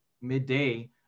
midday